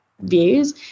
views